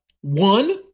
One